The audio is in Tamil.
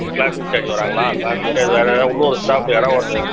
க்ளாஸ் இன்ச்சார்ஜ் வராங்களா க்ளாஸ் இன்ச்சார்ஜ் வேறு யாராவது இன்னொரு ஸ்டாஃப் யாராவது ஒருத்தங்க